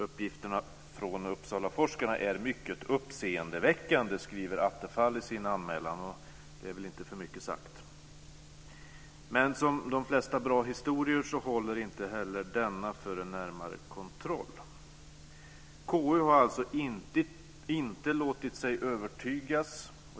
Uppgifterna från Uppsalaforskarna är mycket uppseendeväckande anser Attefall i sin anmälan, och det är väl inte för mycket sagt. Men som de flesta bra historier håller inte heller denna för en närmare kontroll. KU har inte låtit sig övertygas.